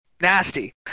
nasty